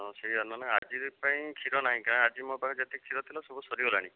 ହଁ ସେଇଆ ନହେଲେ ଆଜିର୍ ପାଇଁ କ୍ଷୀର ନାହିଁ କାରଣ ନା ଆଜି ମୋ ପାଖରେ ଯେତେ କ୍ଷୀର ଥିଲା ସବୁ ସରିଗଲାଣି